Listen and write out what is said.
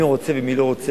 מי רוצה ומי לא רוצה,